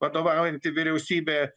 vadovaujanti vyriausybė